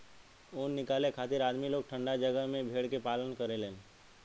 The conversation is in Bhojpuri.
ऊन निकाले खातिर आदमी लोग ठंडा जगह में भेड़ के पालन करेलन